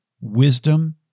Wisdom